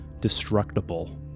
destructible